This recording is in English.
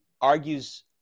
argues